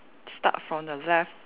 start from the left